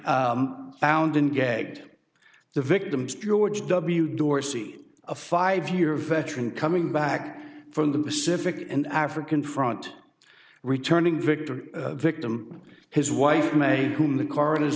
tortured found in gagged the victim's george w dorsey a five year veteran coming back from the pacific and african front returning victor victim his wife may whom the coroner's